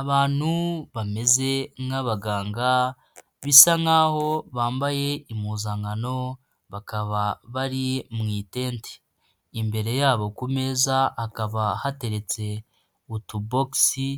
Abantu bameze nk'abaganga bisa nk'aho bambaye impuzankano bakaba bari mu itente, imbere yabo ku meza hakaba hateretse utubogisi